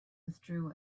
withdrew